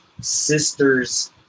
sister's